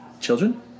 children